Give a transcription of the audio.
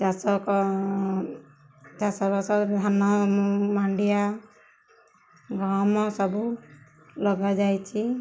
ଚାଷ ଚାଷବାସ ଧାନ ମାଣ୍ଡିଆ ଗହମ ସବୁ ଲଗାଯାଇଛି